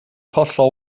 hollol